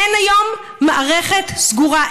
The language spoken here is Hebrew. אין היום מערכת סגורה.